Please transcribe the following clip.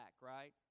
right